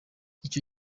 icyo